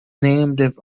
named